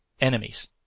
enemies